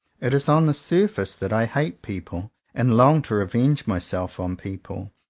it is on the surface that i hate people and long to revenge myself on people.